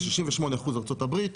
זה 68% ארצות הברית,